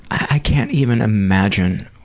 i can't even imagine